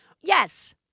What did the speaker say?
yes